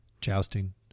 Jousting